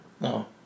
No